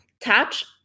Touch